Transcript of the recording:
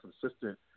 consistent